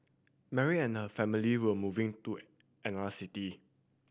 Mary and her family were moving to another city